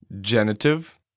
genitive